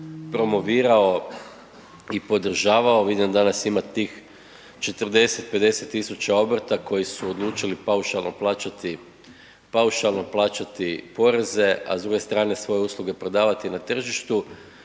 promovirao i podržavao. Vidim danas ima tih 40, 50 tisuća obrta koji su odlučili paušalno plaćati poreze a s druge strane svoje usluge prodavati na tržištu.